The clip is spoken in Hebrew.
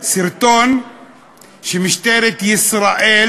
סרטון שמשטרת ישראל